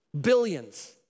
Billions